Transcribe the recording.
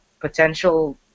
potential